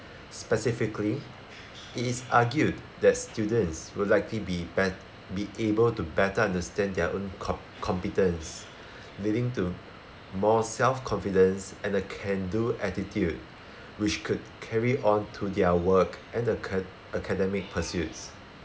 specifically it is argued that students will likely be be~ be able to better understand their own com~ competence leading to more self confidence and a can-do attitude which could carry on to their work and aca~ academic pursuits